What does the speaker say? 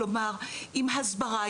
כלומר עם הסברה,